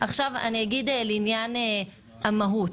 לעניין המהות